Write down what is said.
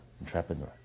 entrepreneur